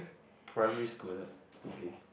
primary school that's okay